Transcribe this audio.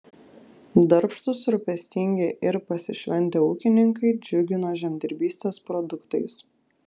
darbštūs rūpestingi ir pasišventę ūkininkai džiugino žemdirbystės produktais